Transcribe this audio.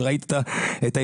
שראית את היריות,